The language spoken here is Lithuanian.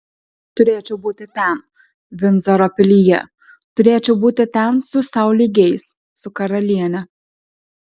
turėčiau būti ten vindzoro pilyje turėčiau būti ten su sau lygiais su karaliene